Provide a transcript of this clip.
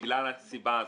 בגלל הסיבה הזאת.